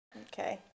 Okay